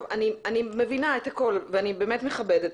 טוב, אני מבינה את הכול ואני באמת מכבדת.